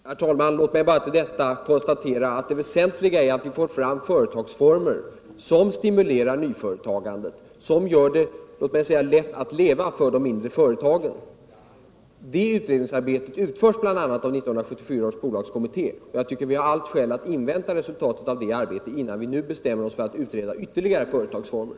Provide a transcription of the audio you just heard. Herr talman! Låt mig bara konstatera att det väsentliga är att vi får fram företagsformer som stimulerar nyföretagandet och som gör det ”lätt att leva” för de mindre företagen. Ett utredningsarbete i den riktningen utförs bl.a. av 1974 års bolagskommitté, och jag tycker att vi har alla skäl att invänta resultatet av det arbetet innan vi bestämmer oss för att utreda ytterligare företagsformer.